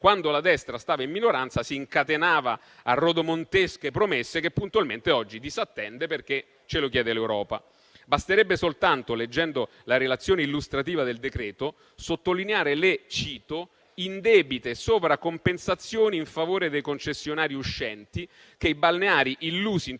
Quando la destra stava in minoranza si incatenava a rodomontesche promesse che puntualmente oggi disattende perché ce lo chiede l'Europa. Leggendo la relazione illustrativa del decreto, basterebbe soltanto sottolineare - cito - le indebite sovracompensazioni in favore dei concessionari uscenti che i balneari, illusi in